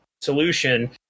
solution